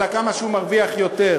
אלא כמה שהוא מרוויח יותר.